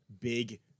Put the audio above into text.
big